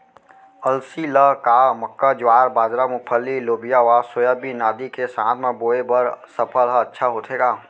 अलसी ल का मक्का, ज्वार, बाजरा, मूंगफली, लोबिया व सोयाबीन आदि के साथ म बोये बर सफल ह अच्छा होथे का?